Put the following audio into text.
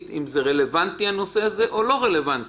אם זה רלוונטי הנושא הזה או לא רלוונטי.